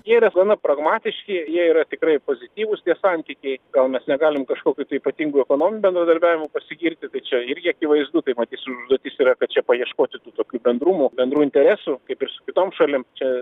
jie yra gana pragmatiški jie yra tikrai pozityvūs santykiai gal mes negalim kažkokiu tai ypatingu ekonominiu bendradarbiavimu pasigirti tai čia irgi akivaizdu tai matys užduotis yra kad čia paieškoti tų tokių bendrumų bendrų interesų kaip ir su kitom šalim čia